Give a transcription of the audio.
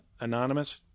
anonymous